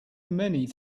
many